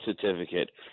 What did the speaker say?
certificate